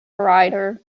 writer